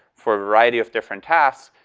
for a variety of different tasks,